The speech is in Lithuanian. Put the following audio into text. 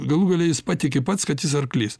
galų gale jis patiki pats kad jis arklys